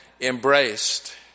embraced